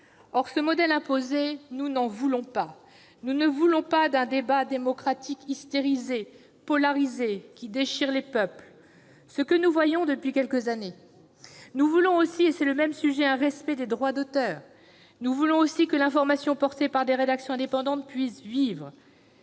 Or, ce modèle imposé, nous n'en voulons pas ! Nous ne voulons pas d'un débat démocratique hystérisé, polarisé, qui déchire les peuples, ce que nous voyons depuis quelques années. Nous voulons- c'est le même sujet -le respect des droits d'auteur. Nous voulons aussi que l'information portée par des rédactions indépendantes puisse vivre.